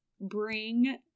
bring